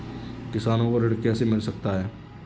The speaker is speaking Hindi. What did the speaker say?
किसानों को ऋण कैसे मिल सकता है?